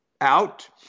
out